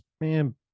man